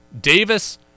Davis